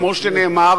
כמו שנאמר,